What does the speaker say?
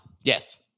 Yes